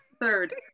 third